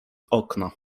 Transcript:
okna